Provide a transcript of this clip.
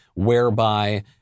whereby